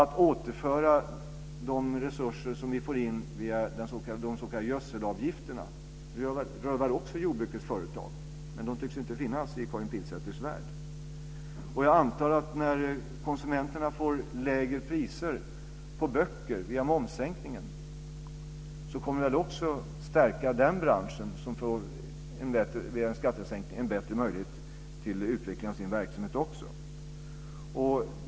Att återföra de resurser som vi får in via de s.k. gödselavgifterna rör väl också jordbrukets företag? Men de tycks inte finnas i Karin Pilsäters värld. Jag antar att när konsumenterna får lägre priser på böcker via momssänkningen kommer också den branschen att stärkas. Man får via en skattesänkning en bättre möjlighet att utveckla sin verksamhet.